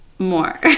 more